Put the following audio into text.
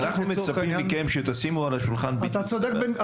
אבל אנחנו מצפים מכם שתשימו על השולחן בדיוק את הבעיה.